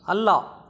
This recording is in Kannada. ಅಲ್ಲ